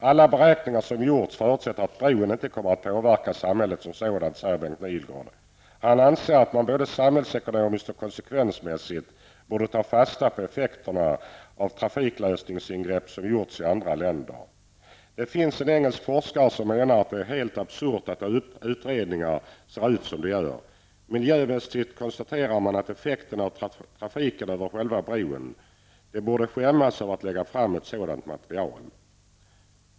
Alla beräkningar som gjorts förutsätter att bron inte kommer att påverka samhället som sådant, säger Bengt Nihlgård. Han anser att man, både samhällsekonomiskt och konsekvensmässigt, borde ta fasta på effekterna av trafiklösningsingrepp som gjorts i andra länder. Det finns en engelsk forskare som menar att det är helt absurt att utredningarna ser ut som de gör. Miljömässigt konstaterar man bara effekten av trafiken över själva bron. De borde skämmas över att lägga fram ett sådant material.